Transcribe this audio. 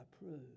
approve